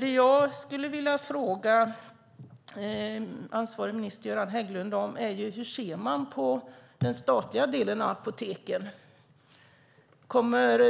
Det jag skulle vilja fråga ansvarig minister Göran Hägglund är hur man ser på den statliga delen av apoteken. Kommer